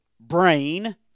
brain